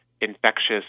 infectious